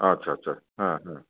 আচ্ছা আচ্ছা হ্যাঁ হ্যাঁ